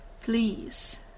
please